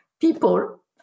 people